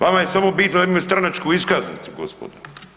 Vama je samo bitno da imaju stranačku iskaznicu, gospodo.